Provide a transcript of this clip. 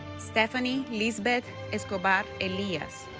esthefany lisbeth escobar elias